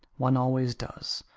one always does.